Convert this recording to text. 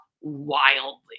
wildly